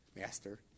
Master